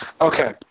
Okay